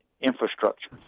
infrastructure